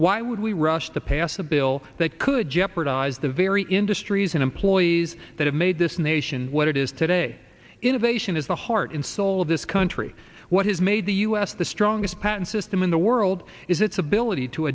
why would we rush to pass a bill that could jeopardize the very industry and employees that have made this nation what it is today innovation is the heart and soul of this country what has made the us the strongest patent system in the world is its ability to